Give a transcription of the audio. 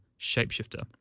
shapeshifter